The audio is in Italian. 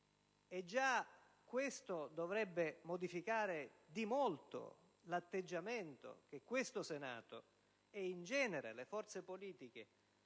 Già questo dovrebbe modificare di molto l'atteggiamento che questo Senato e, in genere, le forze politiche